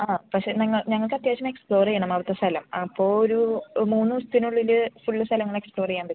ആ പക്ഷേ ഞങ്ങൾ ഞങ്ങൾക്ക് അത്യാവശ്യം എക്സ്പ്ലോറ് ചെയ്യണം അവിടുത്തെ സ്ഥലം അപ്പോൾ ഒരു മൂന്ന് ദിവസത്തിന് ഉള്ളിൽ ഫുള്ള് സ്ഥലങ്ങൾ എക്സ്പ്ലോറ് ചെയ്യാൻ പറ്റും